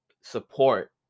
support